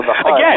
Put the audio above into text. again